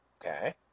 Okay